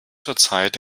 zurzeit